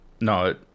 No